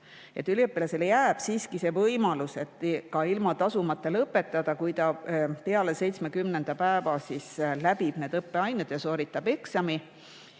Üliõpilasele jääb siiski võimalus ka ilma tasu maksmata lõpetada, kui ta peale 70. päeva läbib need õppeained ja sooritab eksami.